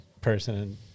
person